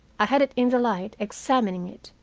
i had it in the light, examining it,